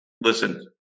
listen